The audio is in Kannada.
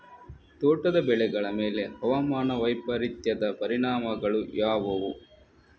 ತೋಟದ ಬೆಳೆಗಳ ಮೇಲೆ ಹವಾಮಾನ ವೈಪರೀತ್ಯದ ಪರಿಣಾಮಗಳು ಯಾವುವು?